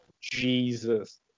Jesus